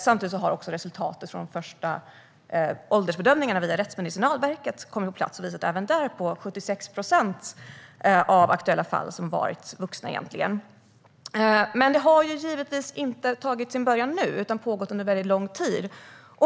Samtidigt har resultatet från de första åldersbedömningarna via Rättsmedicinalverket kommit på plats. Det visar att i 76 procent av de aktuella fallen har det varit vuxna. Men detta har givetvis inte tagit sin början nu, utan det har pågått under en väldigt lång tid.